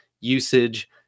usage